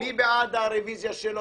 מי בעד הרביזיה?